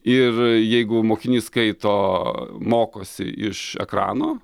ir jeigu mokinys skaito mokosi iš ekrano